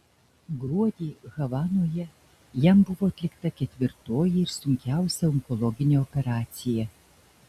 gruodį havanoje jam buvo atlikta ketvirtoji ir sunkiausia onkologinė operacija